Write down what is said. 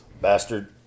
Bastard